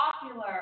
popular